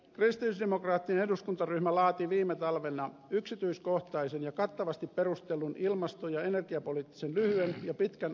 kristillisdemokraattinen eduskuntaryhmä laati viime talvena yksityiskohtaisen ja kattavasti perustellun ilmasto ja energiapoliittisen lyhyen ja pitkän aikavälin ohjelman ed